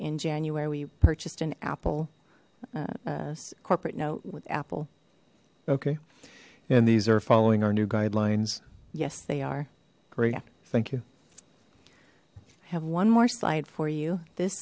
in january we purchased an apple corporate note with apple okay and these are following our new guidelines yes they are great thank you i have one more slide for you this